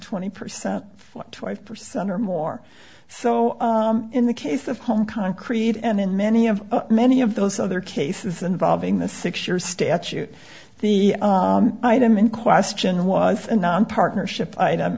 twenty percent twenty percent or more so in the case of home concrete and in many of many of those other cases involving the six year statute the item in question was a non partnership